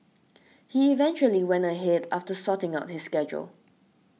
he eventually went ahead after sorting out his schedule